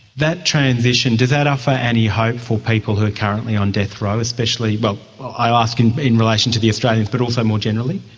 that transition, does that offer any hope for people who are currently on death row, especially, but i ask and in relation to the australians but also more generally?